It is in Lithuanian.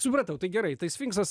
supratau tai gerai tai sfinksas